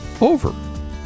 over